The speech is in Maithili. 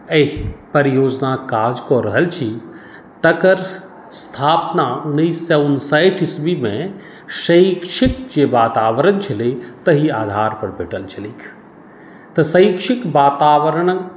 एहि परियोजनाक काज कऽ रहल छी तकर स्थापना उन्नैस सए उनसठि ईस्वीमे शैक्षिक जे वातावरण छलै तहि आधार पर भेटल छलैक तऽ शैक्षिक वातावरणक